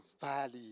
valley